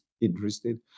interested